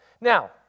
Now